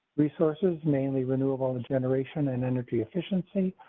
resources mainly renewal um the generation and energy efficiency.